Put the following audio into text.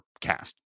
cast